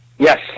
Yes